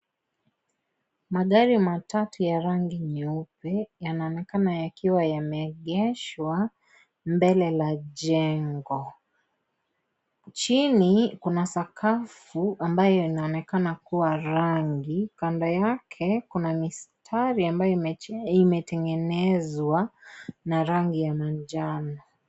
Magari matatu ya rangi nyeupe yanaonekana yakiwa yameegeshwa mbele la jengo . Chini kuna sakafu ambayo inaonekana kuwa rangi, kando yake kuna mistari ambao imetengenezwa na rangi ya manjano.